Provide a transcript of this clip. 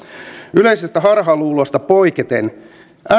yleisestä harhaluulosta poiketen